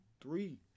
three